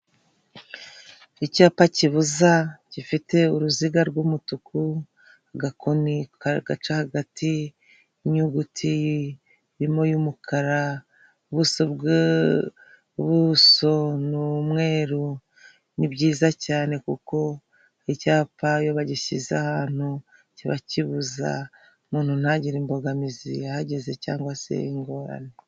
Icyapa kibuza gifite uruziga rw'umutuku agakoni gaca hagati y'inyuguti irimo y'umukara ubuso bw'umweru, ni byiza cyane kuko icyapa iyo bagishyize ahantu kiba kibuza umuntu ntagire imbogamizi hageze cyangwa se ingorane.